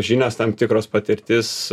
žinios tam tikros patirtis